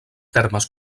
termes